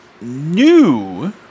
new